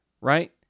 right